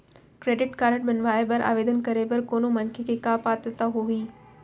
Credit card बनवाए बर आवेदन करे बर कोनो मनखे के का पात्रता होही?